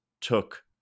took